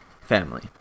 family